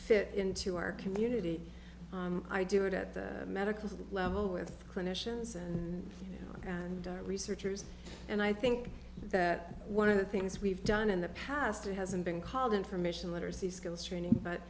fit into our community i do it at the medical level with clinicians and researchers and i think that one of the things we've done in the past it hasn't been called information literacy skills training but